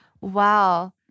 wow